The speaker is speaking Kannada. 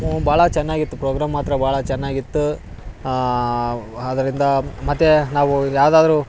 ಭಾಳ ಚೆನ್ನಾಗಿತ್ತು ಪ್ರೋಗ್ರಾಮ್ ಮಾತ್ರ ಭಾಳ ಚೆನ್ನಾಗಿತ್ತು ಆದ್ದರಿಂದ ಮತ್ತು ನಾವು ಯಾವ್ದಾದರು